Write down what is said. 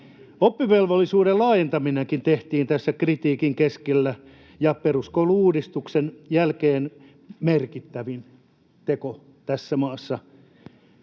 Oppivelvollisuuden laajentaminenkin tehtiin tässä kritiikin keskellä, peruskoulu-uudistuksen jälkeen merkittävin teko tässä maassa.